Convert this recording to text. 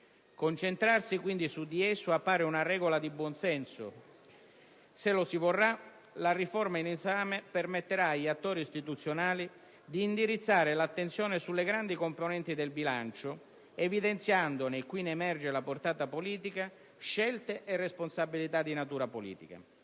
Concentrarsi quindi su di esso appare una regola di buon senso. Se lo si vorrà, la riforma in esame permetterà agli attori istituzionali di indirizzare l'attenzione sulle grandi componenti del bilancio, evidenziandone, e qui ne emerge la portata politica, scelte e responsabilità di natura politica.